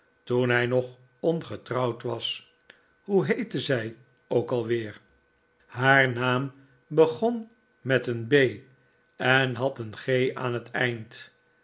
toen hij nog ongetrouwd was hoe heette zij ook alweer haar naam begon met een b en had een g aan het eind